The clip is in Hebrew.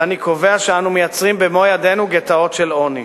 ואני קובע שאנו מייצרים במו ידינו גטאות של עוני.